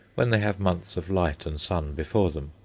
when they have months of light and sun before them,